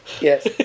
Yes